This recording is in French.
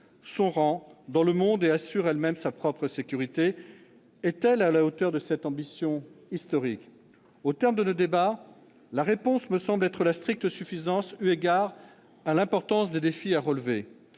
son rang dans le monde et assure elle-même sa propre sécurité. Est-elle à la hauteur de cette ambition historique ? Au terme de nos débats, la réponse me semble être la « stricte suffisance », eu égard à l'importance des défis à relever.